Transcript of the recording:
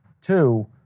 Two